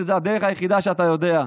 זו הדרך היחידה שאתה יודע.